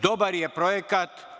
Dobar je projekat.